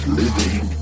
living